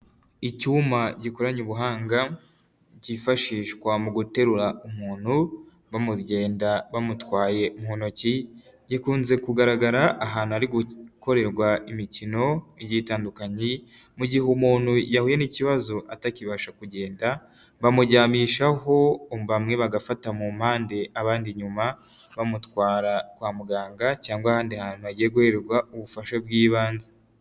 Icyuma gikoranye ubuhanga kifashishwa mu guterura umuntu bamugenda bamutwaye mu ntoki, gikunze kugaragara ahantu hari gukorerwa imikino igiye itandukanye, mu gihe umuntu yahuye n'ikibazo atakibasha kugenda bamuryamishaho bamwe bagafata mu mpande abandi inyuma bamutwara kwa muganga cyangwa ahandi hantu agiye guhererwa ubufasha bw'ibanze.